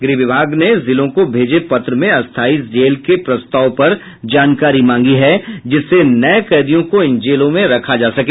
गृह विभाग ने जिलों को भेजे पत्र में अस्थायी जेल के प्रस्ताव पर जानकारी मांगी है जिससे नये कैदियों को इन जेलों में रखा जा सके